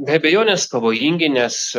be abejonės pavojingi nes